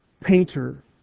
painter